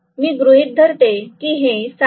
मी गृहीत धरतो की हे 60 आहे